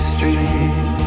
Street